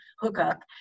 hookup